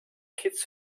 kids